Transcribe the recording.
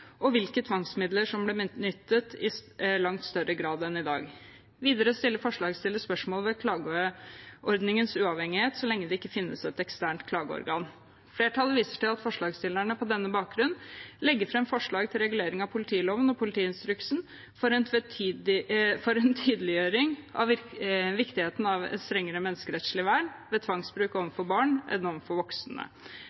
og hvilke tvangsmidler som ble benyttet, i langt større grad enn i dag. Videre stiller forslagsstillerne spørsmål ved klageordningens uavhengighet så lenge det ikke finnes et eksternt klageorgan. Flertallet viser til at forslagsstillerne på denne bakgrunn legger fram forslag til regulering av politiloven og politiinstruksen for en tydeliggjøring av viktigheten av et strengere menneskerettslig vern ved tvangsbruk